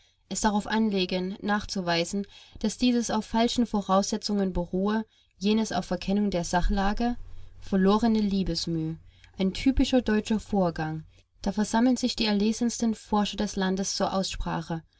es darauf anlegen nachzuweisen daß dieses auf falschen voraussetzungen beruhe jenes auf verkennung der sachlage verlorene liebesmüh ein typischer deutscher vorgang da versammeln sich die erlesensten forscher des landes zur aussprache